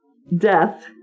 Death